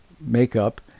makeup